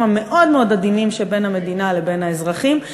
המאוד-מאוד עדינים שבין המדינה לבין האזרחים.